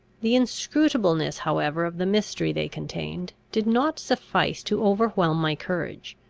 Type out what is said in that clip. the inscrutableness however of the mystery they contained, did not suffice to overwhelm my courage.